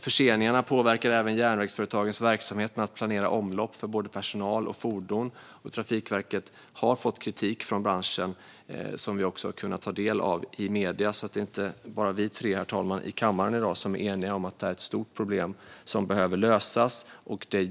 Förseningarna påverkar även järnvägsföretagens verksamhet när det gäller att planera omlopp för både personal och fordon, och Trafikverket har fått kritik från branschen som vi har kunnat ta del av i medierna. Det är alltså inte bara vi tre här i kammaren i dag som är eniga om att detta är ett stort problem som behöver lösas.